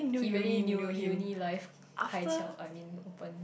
he really new uni life uh I mean open